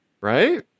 Right